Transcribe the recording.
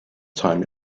time